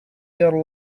their